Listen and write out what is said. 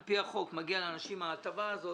על פי החוק מגיע לאנשים ההטבה הזאת,